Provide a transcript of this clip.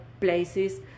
places